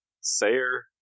Sayer